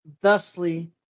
thusly